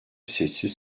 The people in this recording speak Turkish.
sessiz